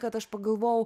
kad aš pagalvojau